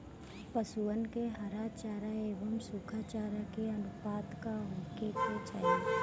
पशुअन के हरा चरा एंव सुखा चारा के अनुपात का होखे के चाही?